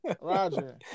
Roger